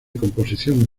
composición